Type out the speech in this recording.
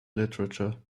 literature